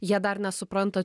jie dar nesupranta